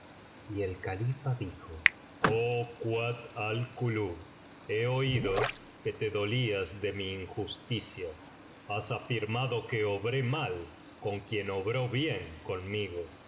y el califa dijo oh kuat al kulub he oído que te dolías de mi injusticia has afirmado que obré mal con quien obró bien conmigo quién